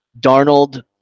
Darnold